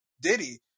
Diddy